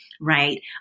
right